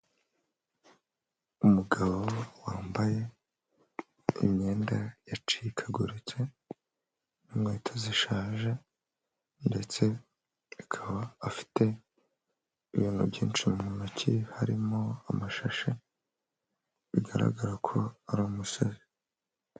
Umugabo wambaye imyenda yacikagurutse, n'inkweto zishaje, ndetse akaba afite ibintu byinshi mu ntoki, harimo amashashi bigaragara ko ari umusazi.